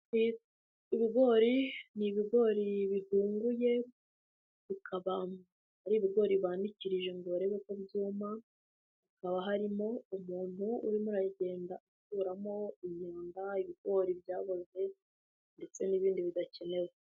Ibigori ni ibigori bihunguye bikaba ari ibigori banikirije ngo barebe ko byuma, hakaba harimo umuntu urimo uragenda akuramo imyanda, ibigori byaboze ndetse n'ibindi bidakenewe.